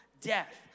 death